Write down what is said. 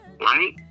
right